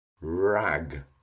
rag